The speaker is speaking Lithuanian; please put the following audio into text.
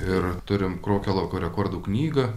ir turim krokialaukio rekordų knygą